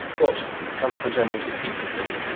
what comes the general to speak with me?